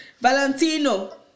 Valentino